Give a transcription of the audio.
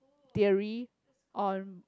theory on